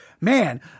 man